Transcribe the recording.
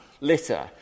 litter